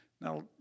Now